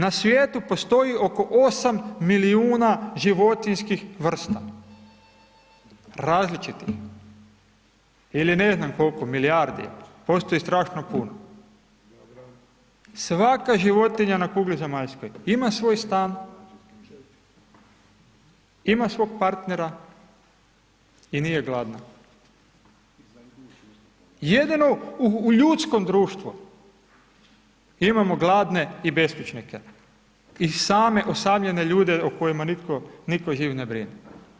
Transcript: Na svijetu postoji oko 8 milijuna životinjskih vrsta, različitih ili ne znam koliko milijardi, postoji strašno puno, svaka životinja na kugli zemaljskoj ima svoj stan, ima svog partnera i nije gladna, jedino u ljudskom društvu imamo gladne i beskućnike i same osamljene ljude o kojima nitko živ ne brine.